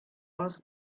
post